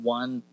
one